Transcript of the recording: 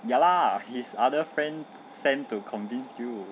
ya lah his other friend sent to convince you